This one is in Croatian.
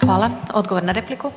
**Glasovac, Sabina